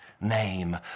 name